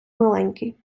миленький